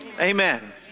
Amen